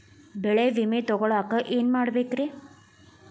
ಬೆಳೆ ವಿಮೆ ತಗೊಳಾಕ ಏನ್ ಮಾಡಬೇಕ್ರೇ?